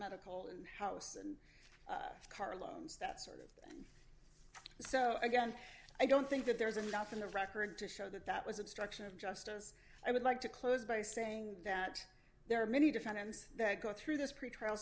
medical and house and car loans that sort of so again i don't think that there's enough in the record to show that that was obstruction of justice i would like to close by saying that there are many different times that go through this pretrial